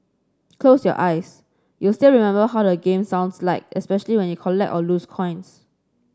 close your eyes you'll still remember how the game sounds like especially when you collect or lose coins